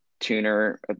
tuner